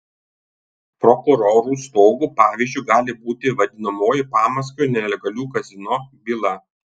prokurorų stogų pavyzdžiu gali būti vadinamoji pamaskvio nelegalių kazino byla